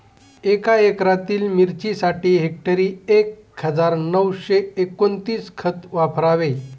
एका एकरातील मिरचीसाठी हेक्टरी एक हजार नऊशे एकोणवीस खत वापरावे